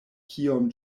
kiom